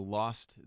lost